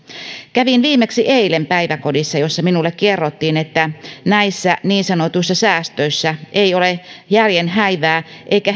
kävin viimeksi eilen päiväkodissa jossa minulle kerrottiin että näissä niin sanotuissa säästöissä ei ole järjen häivää eikä